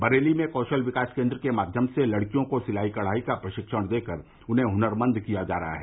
बरेली में कौशल विकास केन्द्र के माध्यम से लड़कियों को सिलाई कढ़ाई का प्रशिक्षण देकर उन्हें हुनरमंद किया जा रहा है